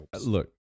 look